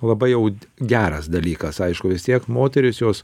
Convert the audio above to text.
labai jau geras dalykas aišku vis tiek moterys jos